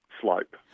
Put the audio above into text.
slope